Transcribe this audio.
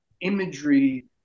imagery